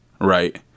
Right